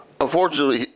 Unfortunately